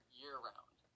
year-round